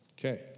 okay